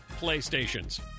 PlayStations